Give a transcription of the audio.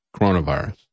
coronavirus